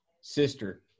sister